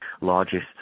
largest